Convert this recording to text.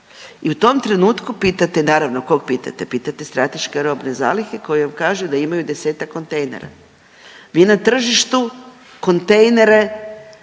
I u tom trenutku pitate naravno kog pitate, pitate strateške robne zalihe koje vam kažu da imaj 10-ak kontejnera. Vina tržištu kontejnere